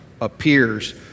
appears